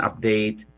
update